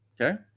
okay